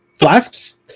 Flasks